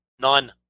None